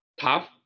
tough